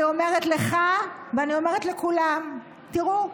אני אומרת לך, ואני אומרת לכולם: תראו,